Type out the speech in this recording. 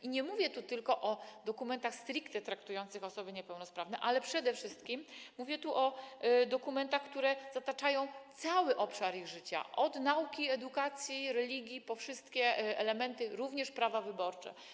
I nie mówię tu tylko o dokumentach stricte traktujących o osobach niepełnosprawnych, ale przede wszystkim mówię tu o dokumentach, które obejmują cały obszar ich życia: od nauki, edukacji, religii po wszystkie elementy, również prawa wyborcze.